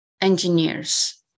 engineers